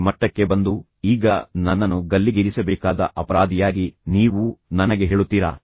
ಈ ಮಟ್ಟಕ್ಕೆ ಬಂದು ಈಗ ನನ್ನನ್ನು ಗಲ್ಲಿಗೇರಿಸಬೇಕಾದ ಅಪರಾಧಿಯಾಗಿ ನೀವು ನನಗೆ ಹೇಳುತ್ತೀರಾ